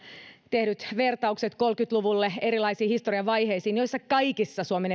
tehdyt vertaukset kolmekymmentä luvulle ja erilaisiin historian vaiheisiin joissa kaikissa suomen